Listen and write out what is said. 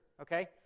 Okay